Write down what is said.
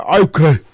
okay